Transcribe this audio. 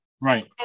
Right